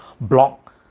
block